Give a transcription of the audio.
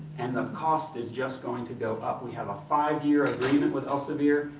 and the cost is just going to go up. we have a five year agreement with elsevier,